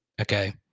okay